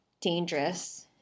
dangerous